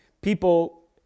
People